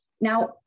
Now